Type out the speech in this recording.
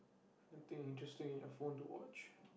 nothing interesting in your phone to watch